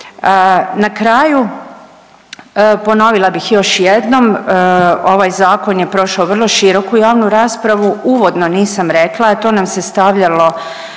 Na kraju ponovila bih još jednom, ovaj zakon je prošao vrlo široku javnu raspravu. Uvodno nisam rekla, a to nam se stavljalo